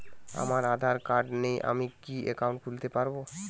আমার আধার কার্ড নেই আমি কি একাউন্ট খুলতে পারব?